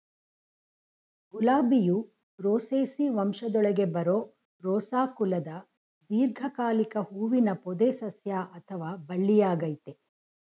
ಗುಲಾಬಿಯು Rosaceae ವಂಶದೊಳಗೆ ಬರೋ Rosa ಕುಲದ ದೀರ್ಘಕಾಲಿಕ ಹೂವಿನ ಪೊದೆಸಸ್ಯ ಅಥವಾ ಬಳ್ಳಿಯಾಗಯ್ತೆ